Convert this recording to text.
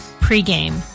Pre-Game